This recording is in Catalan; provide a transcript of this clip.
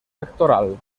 pectoral